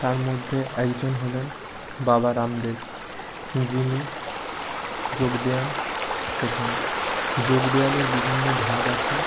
তার মধ্যে একজন হলেন বাবা রামদেব যিনি যোগব্যায়াম শেখান যোগব্যায়ামের বিভিন্ন ভাগ আছে